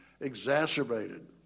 exacerbated